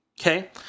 okay